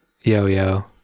yo-yo